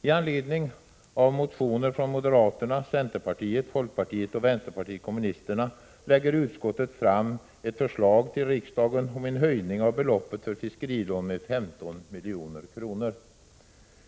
I anledning av motioner från moderaterna, centerpartiet, folkpartiet och vänsterpartiet kommunisterna lägger utskottet fram ett förslag till riksdagen om en höjning av beloppet för fiskerilån med 15 milj.kr.